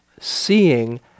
seeing